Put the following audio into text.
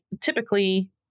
Typically